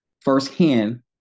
firsthand